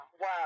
wow